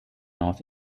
north